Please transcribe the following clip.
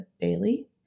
daily